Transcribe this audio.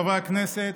חברי הכנסת,